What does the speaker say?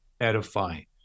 edifying